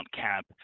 cap